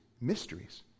mysteries